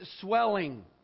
swelling